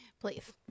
please